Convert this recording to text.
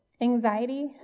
Anxiety